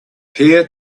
peer